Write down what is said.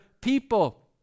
people